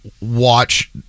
watch